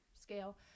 scale